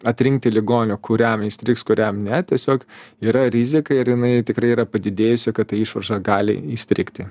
atrinkti ligonio kuriam įstrigs kuriam ne tiesiog yra rizika ir jinai tikrai yra padidėjusi kad ta išvarža gali įstrigti